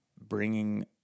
bringing